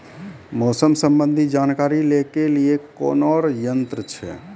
मौसम संबंधी जानकारी ले के लिए कोनोर यन्त्र छ?